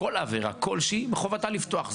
כל עבירה, כלשהי, מחובתה לפתוח.